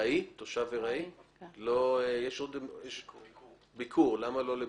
למה לא ביקור?